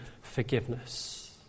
forgiveness